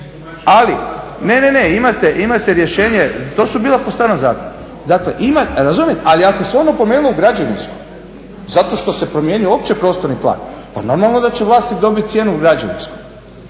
Ali, ne, ne, ne, imate rješenje. To su bila po starom zakonu. Dakle, imate, razumijete, ali ako se ona promijenila u građevinsku zato što se promijenio uopće prostorni plan pa normalno da će vlasti dobiti cijenu građevinsku.